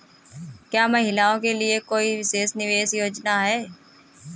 क्या महिलाओं के लिए कोई विशेष निवेश योजना है?